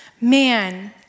man